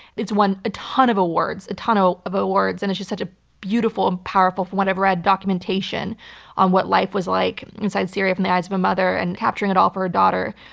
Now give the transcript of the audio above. it's won a ton of awards, a ton of awards, and it's just such a beautiful and powerful, from what i've read, documentation on what life was like inside syria from the eyes of a mother and capturing it all for her daughter,